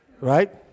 Right